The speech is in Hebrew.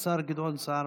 השר גדעון סער,